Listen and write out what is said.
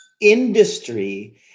industry